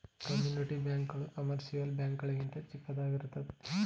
community bank ಗಳು commercial bank ಗಳಿಗಿಂತ ಚಿಕ್ಕದಾಗಿರುತ್ತವೆ